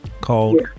called